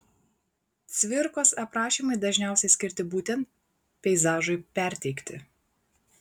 cvirkos aprašymai dažniausiai skirti būtent peizažui perteikti